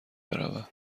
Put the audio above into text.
بروم